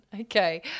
Okay